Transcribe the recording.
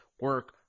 Work